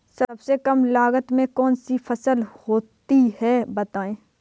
सबसे कम लागत में कौन सी फसल होती है बताएँ?